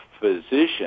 physician